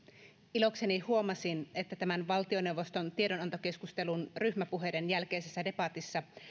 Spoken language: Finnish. ilokseni huomasin että tämän valtioneuvoston tiedonantokeskustelun ryhmäpuheiden jälkeisessä debatissa